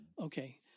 Okay